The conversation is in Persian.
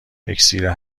اکسیر